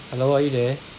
hello are you there